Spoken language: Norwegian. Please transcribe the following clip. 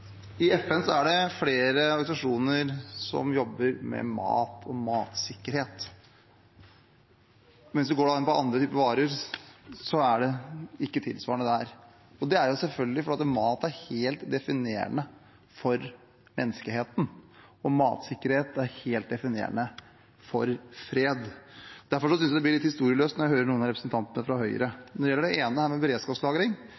I FN er det flere organisasjoner som jobber med mat og matsikkerhet. Hvis man ser på andre typer varer, er det ikke noe tilsvarende for dem. Det er selvfølgelig fordi mat er helt definerende for menneskeheten, og matsikkerhet er helt definerende for fred. Derfor synes jeg det blir litt historieløst det jeg hører fra noen av representantene fra